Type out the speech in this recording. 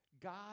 God